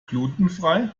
glutenfrei